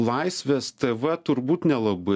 laisvės tv turbūt nelabai